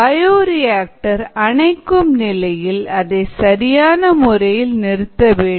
bioreactor அணைக்கும் நிலையில் அதை சரியான முறையில் நிறுத்த வேண்டும்